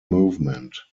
movement